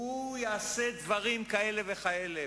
הוא יעשה דברים כאלה וכאלה,